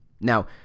now